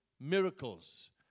miracles